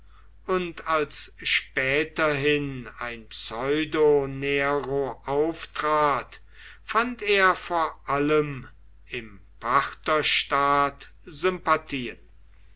und als späterhin ein pseudo nero auftrat fand er vor allem im partherstaat sympathien